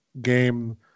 game